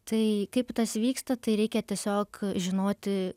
tai kaip tas vyksta tai reikia tiesiog žinoti